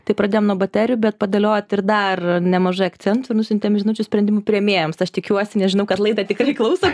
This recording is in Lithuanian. tai pradėjom nuo baterijų bet padėliojot ir dar nemažai akcentų ir nusiuntėm žinučių sprendimų priėmėjams aš tikiuosi nes žinau kad laidą tikrai klauso